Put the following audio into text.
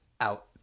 out